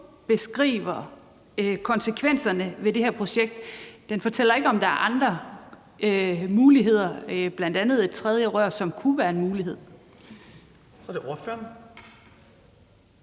beskriver konsekvenserne ved det her projekt? Den fortæller ikke, om der er andre muligheder, bl.a. et tredje rør, som kunne være en mulighed. Kl. 18:27 Den